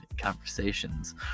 conversations